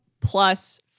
Plus